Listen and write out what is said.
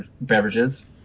beverages